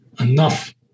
enough